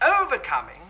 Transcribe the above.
Overcoming